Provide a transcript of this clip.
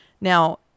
Now